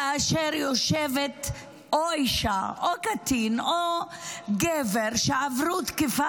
כאשר יושבים אישה או קטין או גבר שעברו תקיפה